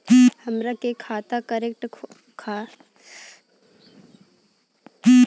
हमारा के करेंट खाता खोले के बा का डॉक्यूमेंट लागेला?